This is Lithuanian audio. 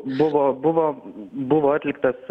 buvo buvo buvo atliktas